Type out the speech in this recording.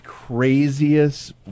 craziest